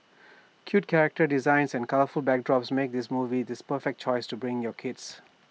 cute character designs and colourful backdrops make this movie this perfect choice to bring your kids